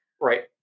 right